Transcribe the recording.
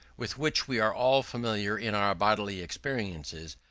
with which we are all familiar in our bodily experiences,